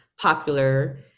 popular